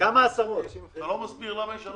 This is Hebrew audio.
מבקש לחייב את המדינה להנפיק